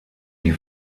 die